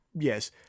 yes